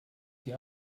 die